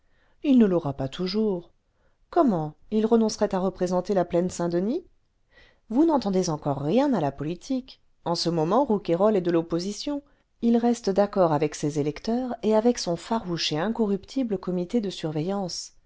il ne l'aura pas toujours comment il renoncerait à représenter la plaine saint-denis vous n'entendez encore rien à la politique en ce moment rouquayrol est de l'opposition il reste d'accord avec ses électeurs et avec son farouche et incorruptible comité de surveillance